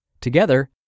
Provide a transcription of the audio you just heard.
Together